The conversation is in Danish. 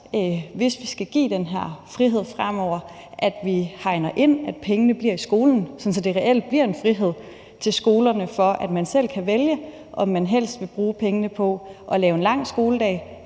hvis vi skal give den her frihed fremover, at vi hegner ind, at pengene bliver i skolen, sådan at det reelt bliver en frihed til skolerne, så de selv kan vælge, om de vil bruge pengene på at lave en lang skoledag,